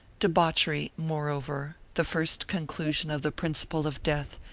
debauchery, moreover, the first conclusion of the principle of death,